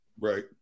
Right